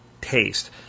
taste